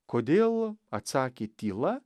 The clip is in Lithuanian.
kodėl atsakė tyla